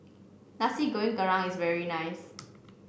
Nasi Goreng Gerang is very nice